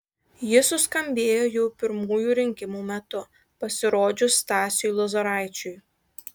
ji suskambėjo jau pirmųjų rinkimų metu pasirodžius stasiui lozoraičiui